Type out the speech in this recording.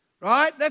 right